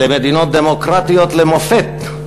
אלה מדינות דמוקרטיות למופת.